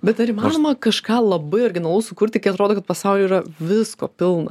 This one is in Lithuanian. bet ar įmanoma kažką labai originalaus sukurti kai atrodo kad pasaulyje yra visko pilna